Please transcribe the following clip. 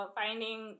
finding